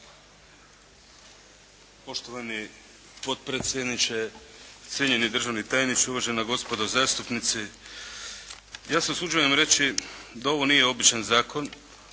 Poštovani potpredsjedniče, cijenjeni državni tajniče, uvažena gospodo zastupnici. Ja se usuđujem reći da ovo nije običan zakon.